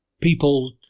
people